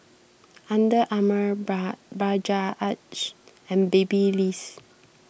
Under Armour Bajaj and Babyliss